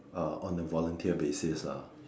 uh on a volunteer basis lah